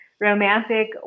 romantic